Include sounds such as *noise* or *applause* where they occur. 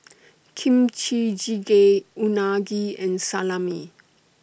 *noise* Kimchi Jjigae Unagi and Salami